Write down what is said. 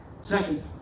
Second